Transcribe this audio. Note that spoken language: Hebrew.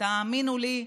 האמינו לי,